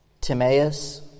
Timaeus